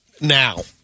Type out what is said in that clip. now